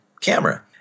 camera